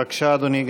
בבקשה, אדוני.